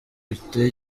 biteye